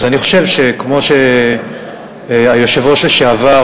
אז אני חושב שכמו שהיושב-ראש לשעבר,